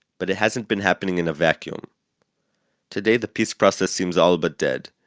but it hasn't been happening in a vacuum today the peace process seems all but dead,